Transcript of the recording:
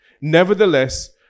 Nevertheless